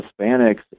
Hispanics